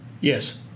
Yes